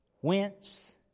whence